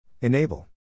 Enable